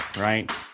right